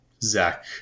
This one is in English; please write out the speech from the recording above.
Zach